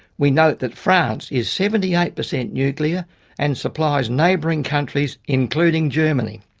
we note that france is seventy eight percent nuclear and supplies neighbouring countries including germany.